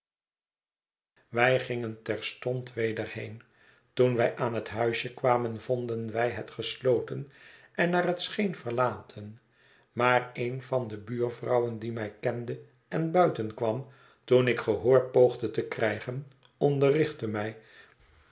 wij gingen terstond weder heen toen wij aan het huisje kwamen vonden wij het gesloten en naar het scheen verlaten maar een van de buurvrouwen die mij kende en buitenkwam toen ik gehoor poogde te krijgen onderrichtte mij